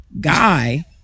Guy